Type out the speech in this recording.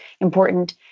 important